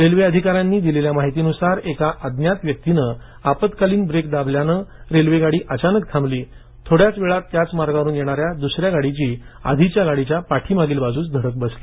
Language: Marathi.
रेल्वे अधिकाऱ्यांनी दिलेल्या माहितीन्सार एका अज्ञात व्यक्तीने आपत्कालीन ब्रेक दाबल्यानं एक रेल्वेगाडी अचानक थांबली थोड्याच वेळात त्याचं मार्गावरून वेगानं येणाऱ्या दुसऱ्या गाडीची आधीच्या गाडीच्या पाठीमागील बाजूस धडक बसली